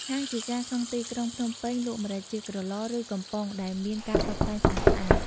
ហាងជាច្រើនក្នុងទីក្រុងភ្នំពេញលក់ម្រេចជាក្រឡ ឬ កំប៉ុងដែលមានការតុបតែងស្អាតៗ។